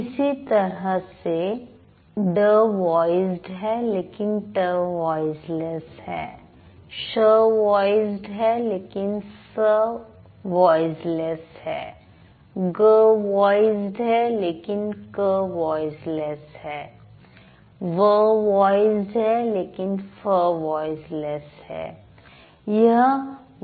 इसी तरह से ड वॉइसड है लेकिन ट वॉइसलेस है श वॉइसड है लेकिन स वॉइसलेस है ग वॉइसड है लेकिन क वॉइसलेस है व वॉइसड है लेकिन फ वॉइसलेस है